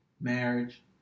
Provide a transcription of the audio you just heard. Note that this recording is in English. marriage